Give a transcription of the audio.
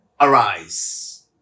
arise